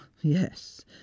Yes